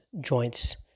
joints